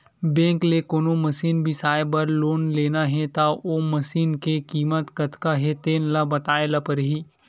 bank ले कोनो machine बिसाए बर लोन लेना हे त ओ मसीनी के कीमत कतका हे तेन ल बताए ल परही